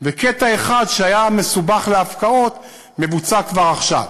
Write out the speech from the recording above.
וקטע אחד שהיה מסובך להפקעות מבוצע כבר עכשיו.